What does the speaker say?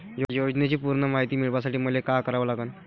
योजनेची पूर्ण मायती मिळवासाठी मले का करावं लागन?